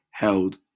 held